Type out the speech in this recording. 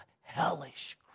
hellish